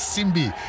Simbi